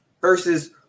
Versus